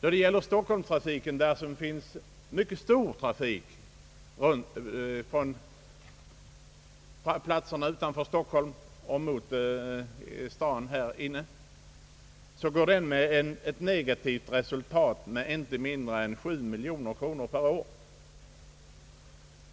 Då det gäller stockholmstrafiken — det finns en mycket stor trafik från platserna utanför Stockholm och in mot staden — går den med ett negativt resultat med inte mindre än 7 miljoner kronor per år.